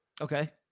Okay